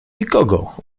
nikogo